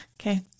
Okay